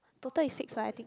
total is six [what] I think